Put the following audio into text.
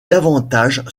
davantage